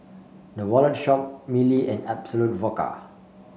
The Wallet Shop Mili and Absolut Vodka